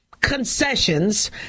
concessions